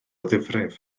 ddifrif